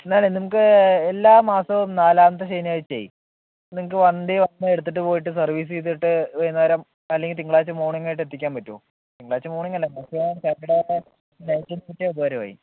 എന്നാലേ നമുക്ക് എല്ലാ മാസവും നാലാമത്തെ ശനിയാഴ്ചയെ നിങ്ങള്ക്ക് വണ്ടി വന്ന് എടുത്തിട്ട് പോയിട്ട് സർവീസ് ചെയ്തിട്ട് വൈകുനേരം അല്ലെങ്കിൽ തിങ്കളാഴ്ച മോർണിംഗായിട്ടു എത്തിക്കാൻ പറ്റുമോ തിങ്കളാഴ്ച മോർണിംഗ് അല്ലേൽ സാറ്റർഡേ നൈറ്റ് എത്തിച്ചാലും ഉപകാരമായി